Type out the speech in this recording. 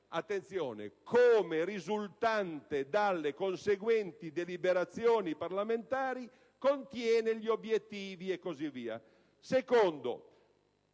pubblica, come risultante dalle conseguenti deliberazioni parlamentari, contiene gli obiettivi...» e così via. Di